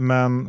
Men